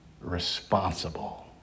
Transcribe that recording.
responsible